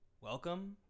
Welcome